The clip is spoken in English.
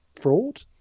fraud